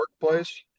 workplace